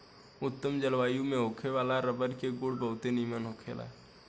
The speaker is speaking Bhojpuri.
उत्तम जलवायु में होखे वाला रबर के गुण बहुते निमन होखेला